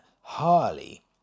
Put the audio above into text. Harley